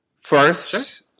first